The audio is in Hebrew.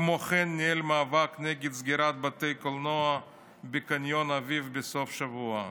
וכמו כן ניהל מאבק נגד סגירת בתי קולנוע בקניון אביב בסוף שבוע.